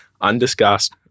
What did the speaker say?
undiscussed